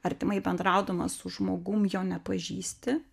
artimai bendraudamas su žmogum jo nepažįsti